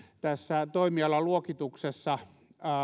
tässä toimialaluokituksessa